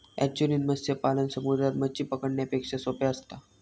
estuarine मत्स्य पालन समुद्रात मच्छी पकडण्यापेक्षा सोप्पा असता